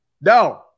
No